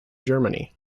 germany